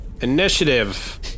initiative